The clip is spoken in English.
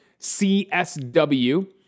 CSW